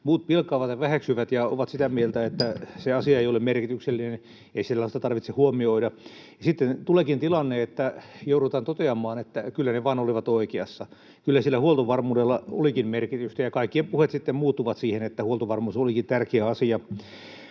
muut pilkkaavat ja väheksyvät ja ovat sitä mieltä, että se asia ei ole merkityksellinen, ei sellaista tarvitse huomioida, ja sitten tuleekin tilanne, että joudutaan toteamaan, että kyllä ne vaan olivat oikeassa, että kyllä sillä huoltovarmuudella olikin merkitystä, ja kaikkien puheet sitten muuttuvat siitä, että huoltovarmuus olikin tärkeä asia.